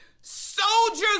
Soldiers